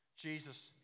Jesus